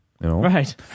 Right